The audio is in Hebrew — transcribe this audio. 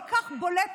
אבל זה כל כך בולט,